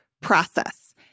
process